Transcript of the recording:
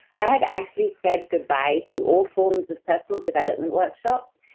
i had actually said goodbye to all forms of personal development workshops,